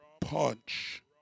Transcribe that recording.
punch